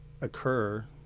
occur